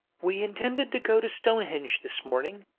we intended to go to stonehenge this morning,